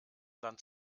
land